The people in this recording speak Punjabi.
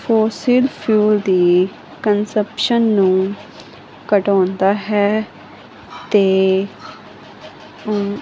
ਉਹ ਸਿਰਫ ਦੀ ਕਨਸੈਪਸ਼ਨ ਨੂੰ ਘਟਾਉਣ ਦਾ ਹੈ ਤੇ